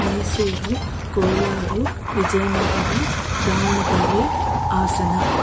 Mysuru Kolar Vijayanagara Davanagere Hassan